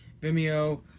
Vimeo